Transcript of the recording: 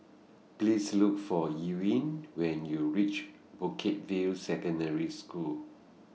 Please Look For Ewing when YOU REACH Bukit View Secondary School